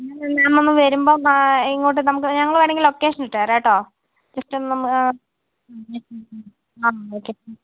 മാം ഒന്ന് വരുമ്പം ഇങ്ങോട്ട് നമുക്ക് ഞങ്ങൾ വേണമെങ്കിൽ ലൊക്കേഷൻ ഇട്ട് തരാം കേട്ടോ ജസ്റ്റ് ഒന്ന് ആ ഓക്കെ